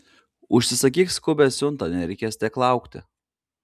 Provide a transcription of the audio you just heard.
užsisakyk skubią siuntą nereikės tiek laukti